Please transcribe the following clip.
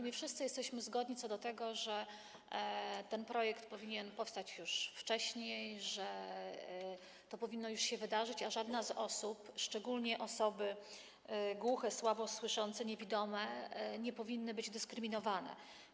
My wszyscy jesteśmy zgodni co do tego, że ten projekt powinien powstać już wcześniej, że to powinno już się wydarzyć, a żadna z osób, szczególnie osoby głuche, słabo słyszące, niewidome, nie powinna być dyskryminowana.